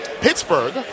Pittsburgh